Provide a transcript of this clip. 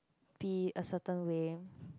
be a certain way